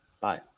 Bye